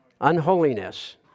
unholiness